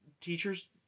teachers